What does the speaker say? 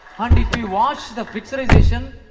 and if you watch the picturization,